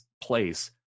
place